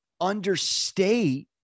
understate